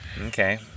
Okay